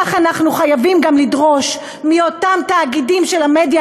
כך אנחנו חייבים גם לדרוש מאותם תאגידים של המדיה